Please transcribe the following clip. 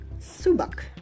subak